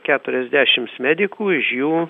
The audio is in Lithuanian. keturiasdešims medikų iš jų